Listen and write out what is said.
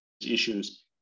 issues